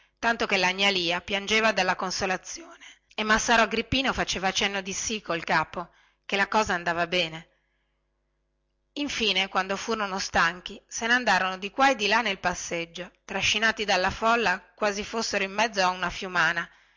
tanto che la gnà lia piangeva dalla consolazione e massaro agrippino faceva cenno di sì col capo che la cosa andava bene infine quando furono stanchi se ne andarono di qua e di là nel passeggio trascinati dalla folla quasi fossero in mezzo a una fiumana